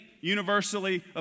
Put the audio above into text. universally